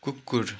कुकुर